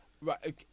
Right